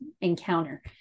encounter